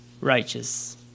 righteous